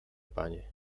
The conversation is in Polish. panie